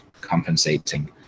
compensating